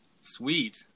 sweet